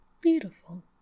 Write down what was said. Beautiful